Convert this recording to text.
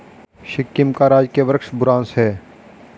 सिक्किम का राजकीय वृक्ष बुरांश है